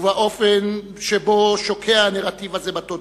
ובאופן שבו הנרטיב הזה שוקע בתודעה,